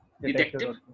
Detective